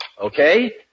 Okay